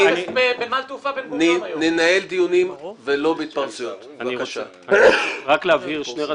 תן לו בבקשה להגיב.